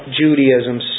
Judaism